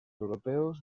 europeus